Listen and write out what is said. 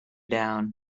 down